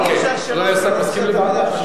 אדוני השר מסכים לוועדה?